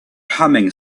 humming